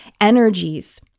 energies